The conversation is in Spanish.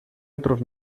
otros